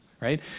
right